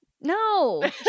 No